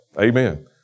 Amen